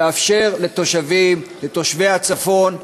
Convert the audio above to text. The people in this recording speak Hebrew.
לתושבי הצפון,